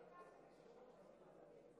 הצעת החוק הזאת לא נפלה בדיון